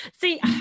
see